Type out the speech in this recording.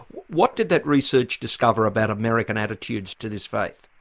what did that research discover about american attitudes to this faith?